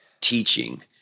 teaching